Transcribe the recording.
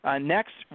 Next